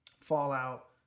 Fallout